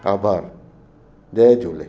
हा भाउ जय झूले